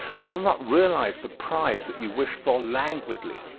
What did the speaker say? you will not realize the prize that you wish for languidly,